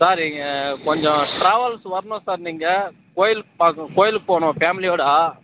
sir இங்கே கொஞ்சம் travels வரணுங்க சார் நீங்கள் கோயில் பாக் கோயிலுக்கு போகணும் ஃபேமிலியோடு